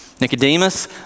Nicodemus